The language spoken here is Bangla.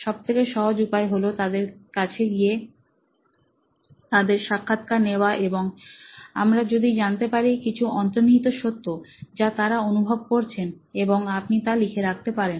সবথেকে সহজ উপায় হলো তাদের কাছে গিয়ে তাদের সাক্ষাৎকার নেওয়া এবং আমরা যদি জানতে পারি কিছু অন্তর্নিহিত সত্য যে তারা অনুভব করছেন এবং আপনি তা লিখে রাখতে পারেন